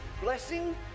blessing